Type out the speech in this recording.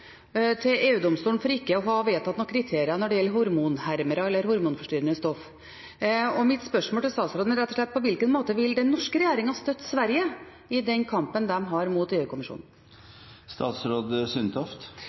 for EU-domstolen for ikke å ha vedtatt noen kriterier når det gjelder hormonhermere, eller hormonforstyrrende stoff. Mitt spørsmål til statsråden er rett og slett: På hvilken måte vil den norske regjeringen støtte Sverige i den kampen de har mot